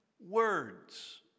words